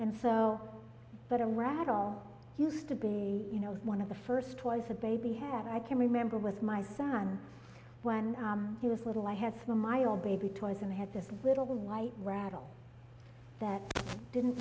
and so but a rattle used to be you know one of the first wife a baby had i can remember with my son when he was little i had small my old baby toys and he had this little white rattle that didn't